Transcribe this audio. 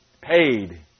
paid